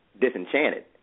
disenchanted